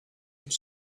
have